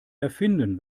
erfinden